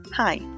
Hi